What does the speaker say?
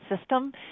system